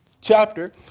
chapter